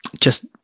Just-